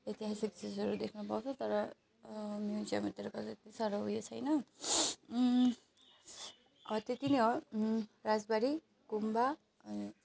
ऐतिहासिक चिजहरू देख्नु पाउँछ तर म्युजियमहरूतिर गर्दा त्यत्ति साह्रो उयो छैन हो त्यत्ति नै हो राजबाडी गुम्बा अनि